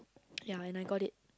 ya and I got it